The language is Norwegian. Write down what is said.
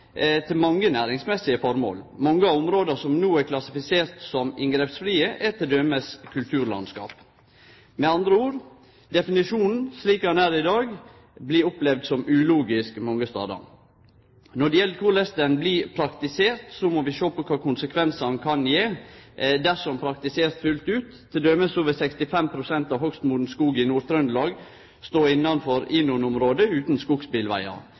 til mange næringsføremål. Mange av områda som no er klassifiserte som inngrepsfrie, er t.d. kulturlandskap. Med andre ord: definisjonen slik han er i dag, blir opplevd som ulogisk mange stader. Når det gjeld korleis definisjonen blir praktisert, må vi sjå på kva konsekvensar han kan gje dersom han blir praktisert fullt ut. Til dømes vil 65 pst. av hogstmoden skog i Nord-Trøndelag stå innanfor INON-områda – utan skogsbilvegar.